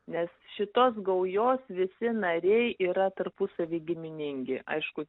nes šitos gaujos visi nariai yra tarpusavy giminingi aišku